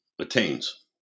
attains